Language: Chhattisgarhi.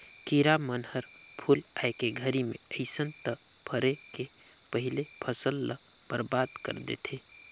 किरा मन हर फूल आए के घरी मे अइस त फरे के पहिले फसल ल बरबाद कर देथे